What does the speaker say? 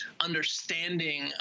understanding